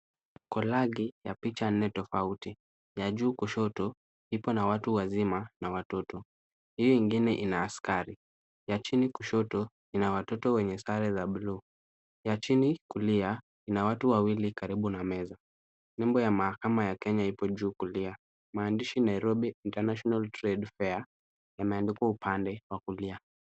Kolagi ya picha nne tofauti. Ya juu kushoto ipo na watu wazima na watoto, hiyo ingine ina askari. Ya chini kushoto ina watoto wenye sare za bluu. Ya chini kulia ina watu wawili karibu na meza. Nyumba ya mahakama ya Kenya ipo juu kulia. Maandishi Nairobi International Trade Fair yameandikwa upande wa kulia.